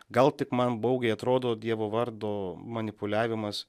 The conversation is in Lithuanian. gal tik man baugiai atrodo dievo vardo manipuliavimas